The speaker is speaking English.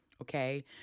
okay